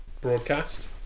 broadcast